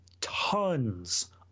tons